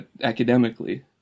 academically